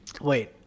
Wait